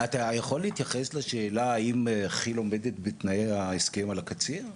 אתה יכול להתייחס לשאלה האם כיל עומדת בתנאי ההסכם על הקציר?